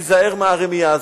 להיזהר מהרמייה הזאת.